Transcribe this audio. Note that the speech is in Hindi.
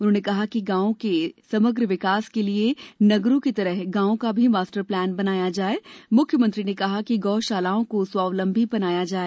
उन्होंने कहा कि ग्रामों के समग्र विकास के लिए नगरों की तरह ग्रामों का भी मास्टर प्लान बनाया जाए मुख्यमंत्री ने कहा कि गौ शालाओं को स्वावलंबी बनाया जाए